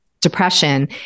depression